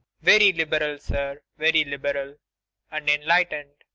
very liberal, sir. very liberal and enlightened.